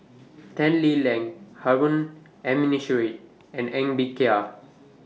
Tan Lee Leng Harun Aminurrashid and Ng Bee Kia